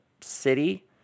city